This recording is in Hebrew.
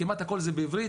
כמעט הכול בעברית.